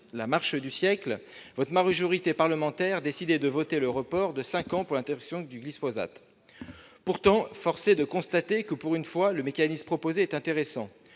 la « Marche du siècle », votre majorité parlementaire décidait de voter le report de cinq ans de l'interdiction du glyphosate. Pourtant, force est de constater que, pour une fois, le mécanisme proposé est intéressant.